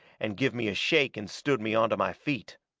and give me a shake and stood me onto my feet.